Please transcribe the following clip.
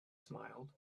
smiled